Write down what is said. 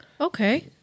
Okay